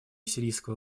сирийского